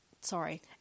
sorry